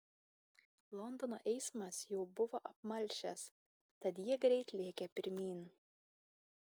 londono eismas jau buvo apmalšęs tad jie greit lėkė pirmyn